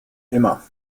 immer